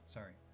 Sorry